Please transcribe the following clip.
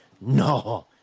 no